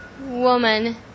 woman